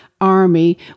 Army